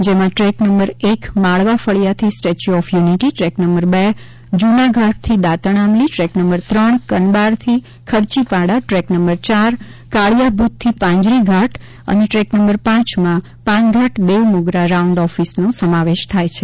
જેમાં track number એક માળવા ફળિયાથી Statue of Unity track number બે જૂના ઘાટથી દાતણ આમલી ટ્રેક નંબર ત્રણ કનબારથી ખર્ચીપાડા ટ્રેક નંબર ચાર કાળિયા ભૂતથી પાંજરીઘાટ ટ્રેક નંબર પાંચ પાનઘાટ દેવ મોગરા રાઉન્ડ ઓફિસનો સમાવેશ થાય છે